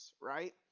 right